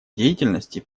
деятельности